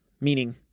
meaning